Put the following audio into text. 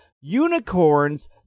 unicorns